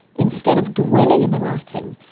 instead of dwelling in the writing,